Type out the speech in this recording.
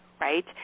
right